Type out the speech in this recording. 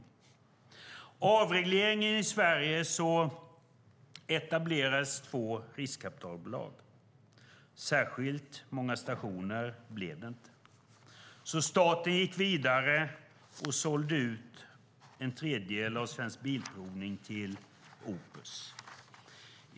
Efter avregleringen i Sverige etablerades två riskkapitalbolag. Särskilt många stationer blev det inte, så staten gick vidare och sålde ut en tredjedel av Svensk Bilprovning till Opus.